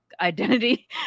identity